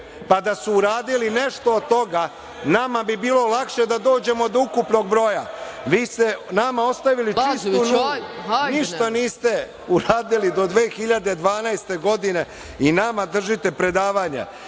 Da su uradili nešto od toga, nama bi bilo lakše da dođemo do ukupnog broja. Vi ste nama ostavili čistu nulu. Ništa niste uradili do 2012. godine i nama držite predavanja. Što